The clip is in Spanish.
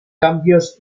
cambios